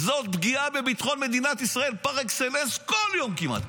זאת פגיעה במדינת ישראל פר אקסלנס כל יום כמעט,